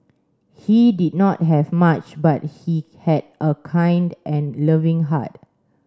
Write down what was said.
he did not have much but he had a kind and loving heart